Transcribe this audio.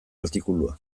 artikulua